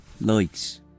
Lights